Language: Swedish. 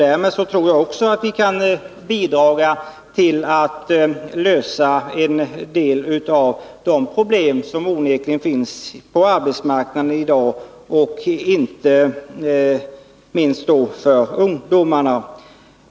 Därmed tror jag att vi kan bidra till att lösa en del av de problem som onekligen finns på arbetsmarknaden i dag, inte minst för ungdomarna.